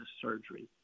surgery